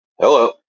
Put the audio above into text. hello